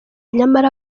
nyamara